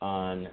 on